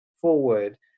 forward